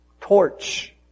torch